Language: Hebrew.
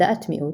בדעת מיעוט,